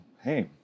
hey